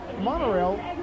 monorail